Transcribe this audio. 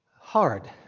Hard